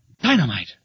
Dynamite